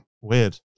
weird